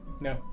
No